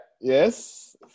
yes